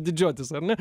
didžiuotis ar ne